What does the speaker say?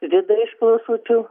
vidai iš klausučių